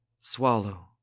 Swallow